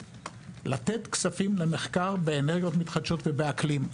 - לתת כספים למחקר באנרגיות מתחדשות ובאקלים.